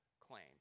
claim